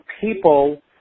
people